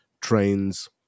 trains